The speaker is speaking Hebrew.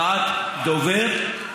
הודעת דובר,